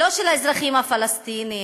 לא של האזרחים הפלסטינים,